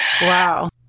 Wow